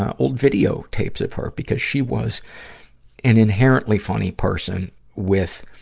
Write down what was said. ah old video tapes of her, because she was an inherently funny person with,